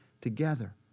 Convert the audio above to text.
together